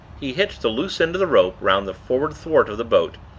he hitched the loose end of the rope round the forward thwart of the boat,